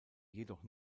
jedoch